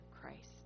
Christ